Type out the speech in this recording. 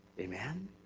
Amen